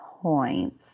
points